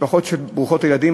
במשפחות ברוכות ילדים,